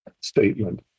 statement